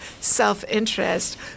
self-interest